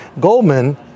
Goldman